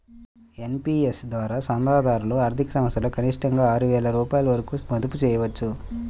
NPS ద్వారా చందాదారులు ఆర్థిక సంవత్సరంలో కనిష్టంగా ఆరు వేల రూపాయల వరకు మదుపు చేయవచ్చు